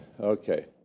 Okay